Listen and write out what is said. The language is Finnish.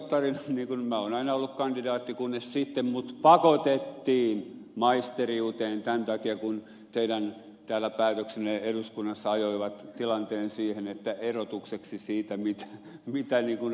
minä olen aina ollut kandidaatti kunnes sitten minut pakotettiin maisteriuteen tämän takia kun teidän päätöksenne täällä eduskunnassa ajoi tilanteen siihen erotukseksi siitä mitä ammattikorkeakoulut tuottavat